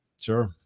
Sure